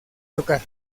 tocar